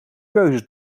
keuze